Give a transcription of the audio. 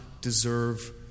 deserve